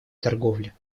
торговле